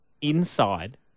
inside